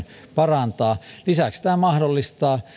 parantaa lisäksi tämä mahdollistaa